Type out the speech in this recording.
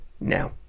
now